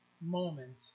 moment